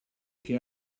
che